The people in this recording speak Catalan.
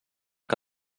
que